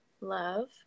love